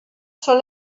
són